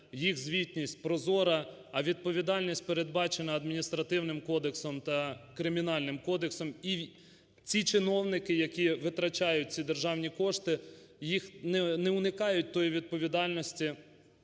їх звітність прозора, а відповідальність передбачена Адміністративним кодексом та Кримінальним кодексом. І ці чиновники, які витрачають ці державні кошти, не уникають, тої відповідальності,